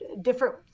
different